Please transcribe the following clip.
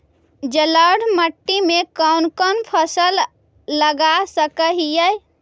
जलोढ़ मिट्टी में कौन कौन फसल लगा सक हिय?